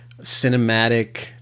cinematic